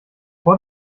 vor